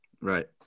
right